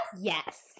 Yes